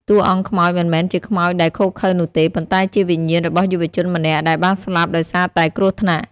តួអង្គខ្មោចមិនមែនជាខ្មោចដែលឃោរឃៅនោះទេ ប៉ុន្តែជាវិញ្ញាណរបស់យុវជនម្នាក់ដែលបានស្លាប់ដោយសារតែគ្រោះថ្នាក់។